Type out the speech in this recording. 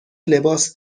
لباس